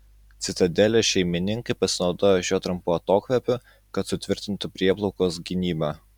citadelės šeimininkai pasinaudojo šiuo trumpu atokvėpiu kad sutvirtintų prieplaukos gynybą